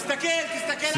תסתכל, תסתכל עליהם.